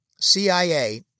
CIA